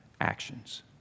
actions